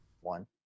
One